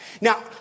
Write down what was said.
Now